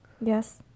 Yes